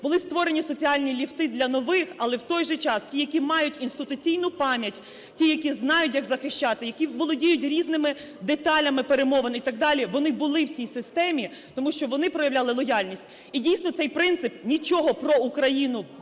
були створені соціальні ліфти для нових, але, в той же час, ті, які мають інституційну пам'ять, ті, які знають, як захищати, які володіють різними деталями перемовин і так далі, вони були в цій системі, тому що вони проявляли лояльність. І дійсно, цей принцип – "нічого про Україну